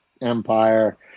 Empire